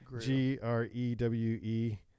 G-R-E-W-E